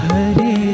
Hari